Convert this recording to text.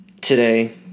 Today